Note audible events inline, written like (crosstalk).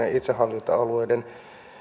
(unintelligible) ja itsehallintoalueiden